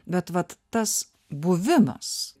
bet vat tas buvimas